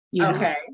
Okay